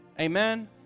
Amen